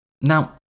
Now